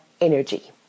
energy